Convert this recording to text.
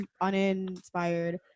uninspired